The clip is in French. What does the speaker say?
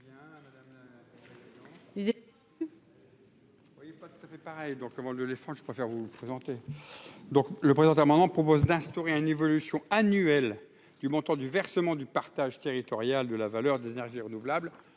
Corbisez. Cet amendement vise à instaurer une évolution annuelle du montant du versement du partage territorial de la valeur des énergies renouvelables